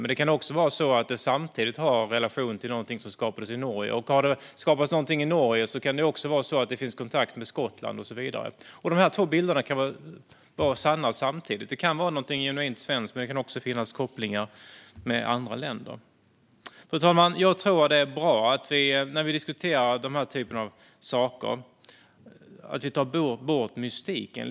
Men det kan samtidigt också ha en relation till något som skapats i Norge. Och om något har skapats i Norge kan det också finnas en kontakt med Skottland och så vidare. Dessa bilder kan vara sanna samtidigt. Det kan handla om något som är genuint svenskt, men det kan också ha kopplingar till andra länder. Fru talman! När vi diskuterar saker som dessa tror jag att det vore bra om vi lite grann tog bort mystiken.